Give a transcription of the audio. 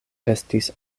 estis